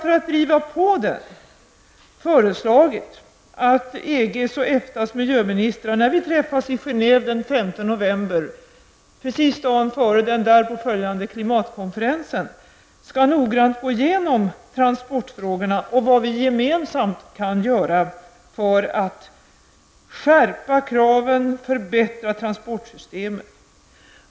För att driva på den har vi föreslagit att EGs och EFTAs miljöministrar när vi träffas i Genève den 5 november, dagen före klimatkonferensen, noggrant skall gå igenom transportfrågorna och vad vi gemensamt kan göra för att skärpa kraven och förbättra transportsystemen.